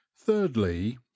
thirdly